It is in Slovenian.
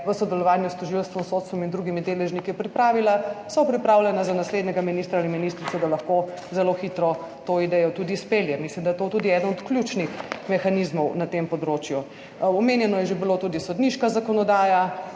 v sodelovanju s tožilstvom, sodstvom in drugimi deležniki pripravila, so pripravljena za naslednjega ministra ali ministrico, da lahko zelo hitro to idejo tudi izpelje. Mislim, da je to tudi eden od ključnih mehanizmov na tem področju. Omenjeno je že bilo tudi sodniška zakonodaja,